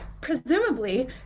presumably